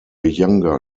younger